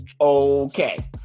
Okay